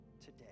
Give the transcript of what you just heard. today